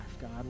God